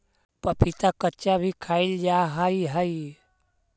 पपीता कच्चा भी खाईल जा हाई हई